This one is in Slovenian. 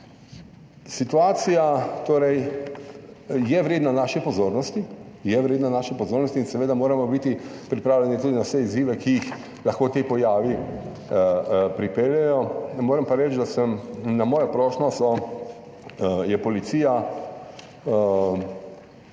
Je vredna naše pozornosti in seveda moramo biti pripravljeni tudi na vse izzive, ki jih lahko ti pojavi pripeljejo. Moram pa reči, da sem na mojo prošnjo je policija